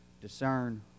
Discern